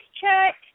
check